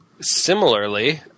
Similarly